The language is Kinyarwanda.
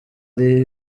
iri